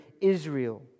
Israel